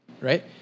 Right